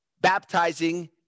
baptizing